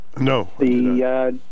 No